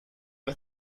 una